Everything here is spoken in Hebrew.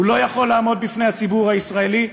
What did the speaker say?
הוא לא יכול לעמוד בפני הציבור הישראלי,